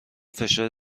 فشار